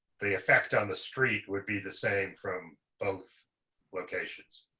the effect on the street would be the same from both locations.